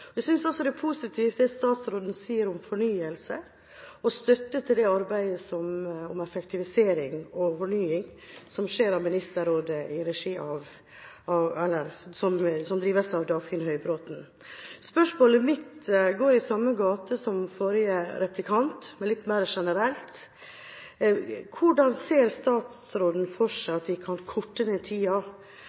Jeg synes også det er positivt det statsråden sier om fornyelse og støtte til det arbeidet med effektivisering og fornying som skjer i Ministerrådet, og som drives av Dagfinn Høybråten. Spørsmålet mitt er i samme gate som forrige replikants spørsmål, men litt mer generelt: Hvordan ser statsråden for seg at vi kan korte ned tida